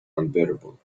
unbearable